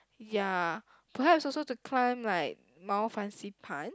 ya perhaps also to climb like Mount Fansipan